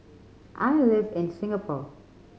I live in Singapore